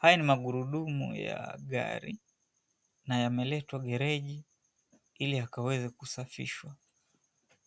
Haya ni magurudumu ya gari, na yameletwa gereji ili yakaweze kusafishwa.